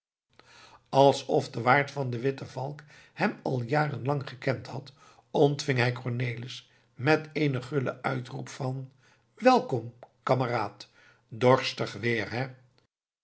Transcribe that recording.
alsof de waard van de witte valk hem al jaren lang gekend had ontving hij cornelis met eenen gullen uitroep van welkom kameraad dorstig weer hè